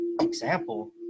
Example